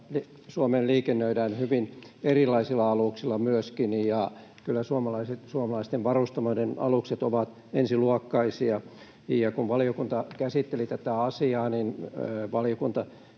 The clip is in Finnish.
Suomeen liikennöidään hyvin erilaisilla aluksilla ja kyllä suomalaisten varustamoiden alukset ovat ensiluokkaisia. Kun valiokunta käsitteli tätä asiaa, niin valiokunta